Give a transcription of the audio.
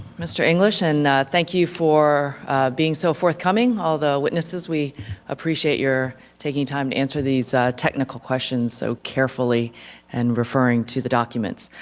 mr. english, and thank you for being so forthcoming, all the witnesses, we appreciate your taking time to answer these technical questions so carefully in and referring to the documents.